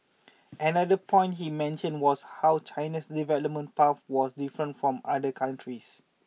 another point he mentioned was how China's development path was different from other countries